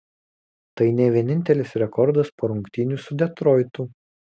tai ne vienintelis rekordas po rungtynių su detroitu